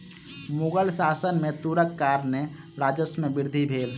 मुग़ल शासन में तूरक कारणेँ राजस्व में वृद्धि भेल